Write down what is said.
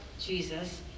Jesus